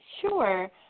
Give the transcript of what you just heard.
Sure